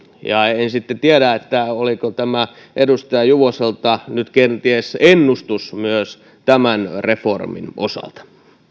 en sitten tiedä oliko tämä edustaja juvoselta nyt kenties ennustus myös tämän reformin osalta